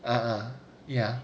uh uh ya